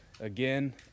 Again